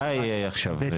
די עכשיו.